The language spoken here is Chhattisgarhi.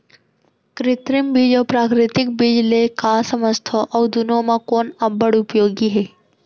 कृत्रिम बीज अऊ प्राकृतिक बीज ले का समझथो अऊ दुनो म कोन अब्बड़ उपयोगी हे?